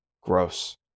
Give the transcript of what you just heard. gross